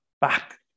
back